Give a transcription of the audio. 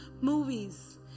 movies